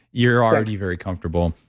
you're already very comfortable.